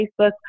facebook